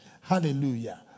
Hallelujah